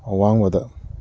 ꯑꯋꯥꯡꯕꯗ